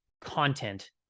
content